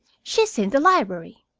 she's in the library.